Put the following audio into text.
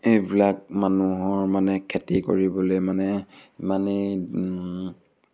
এইবিলাক মানুহৰ মানে খেতি কৰিবলৈ মানে ইমানেই